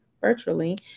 virtually